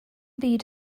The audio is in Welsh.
byd